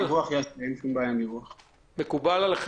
אני חושב ששום דבר לא ימחק את הרקורד של גבי